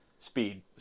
Speed